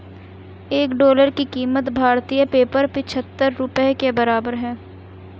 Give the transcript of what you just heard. एक डॉलर की कीमत भारतीय पेपर पचहत्तर रुपए के बराबर है